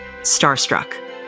Starstruck